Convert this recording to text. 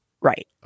Right